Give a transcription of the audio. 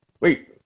Wait